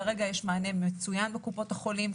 כרגע יש מענה מצוין בקופות החולים,